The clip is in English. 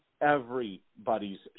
everybody's